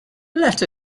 let